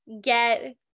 get